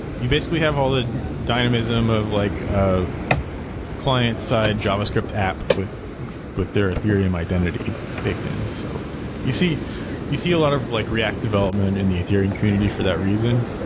you basically have all the dynamism of like a client-side javascript app with with their ethereum identity baked in. so you see you see a lot of like react development in the ethereum community for that reason.